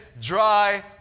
dry